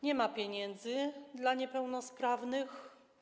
Nie ma pieniędzy dla niepełnosprawnych.